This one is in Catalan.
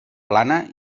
plana